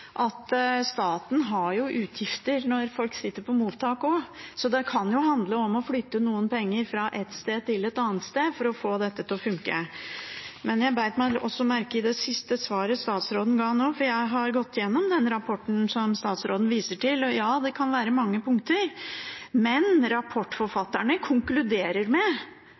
at staten har utgifter når folk sitter på mottak også. Så det kan jo handle om å flytte noen penger fra ett sted til et annet sted for å få dette til å funke. Jeg bet meg også merke i det siste svaret statsråden ga nå. Jeg har gått igjennom den rapporten som statsråden viser til, og ja, det kan være mange punkter. Men rapportforfatterne konkluderer med